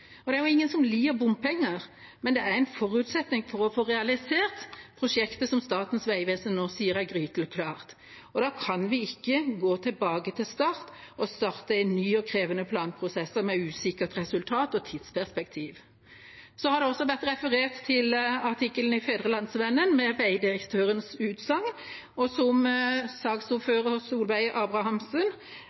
Det er ingen som liker bompenger, men det er en forutsetning for å få realisert prosjektet som Statens vegvesen nå sier er gryteklart. Da kan vi ikke gå tilbake til start og starte en ny og krevende planprosess med usikkert resultat og tidsperspektiv. Det har også vært referert til artikkelen i Fædrelandsvennen med vegdirektørens utsagn, og som saksordfører Solveig Sundbø Abrahamsen